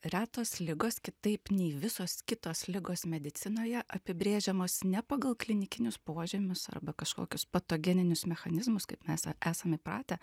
retos ligos kitaip nei visos kitos ligos medicinoje apibrėžiamos ne pagal klinikinius požymius arba kažkokius patogeninius mechanizmus kaip mes esam įpratę